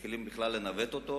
ומתחילים בכלל לנווט אותו,